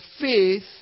faith